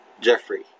Jeffrey